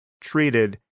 treated